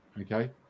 okay